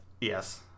yes